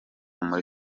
muri